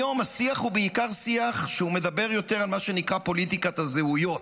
היום השיח הוא בעיקר שיח שמדבר יותר על מה שנקרא "פוליטיקת הזהויות":